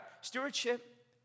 stewardship